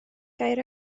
gair